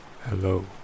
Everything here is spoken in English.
Hello